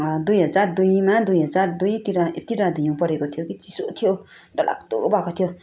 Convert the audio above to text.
दुई हजार दुईमा दुई हजार दुईतिर यत्ति डरलाग्दो हिउँ परेको थियो चिसो थियो डरलाग्दो भएको थियो